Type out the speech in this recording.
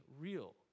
real